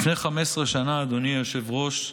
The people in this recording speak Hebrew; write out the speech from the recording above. לפני 15 שנה, אדוני היושב-ראש,